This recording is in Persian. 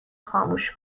خاموش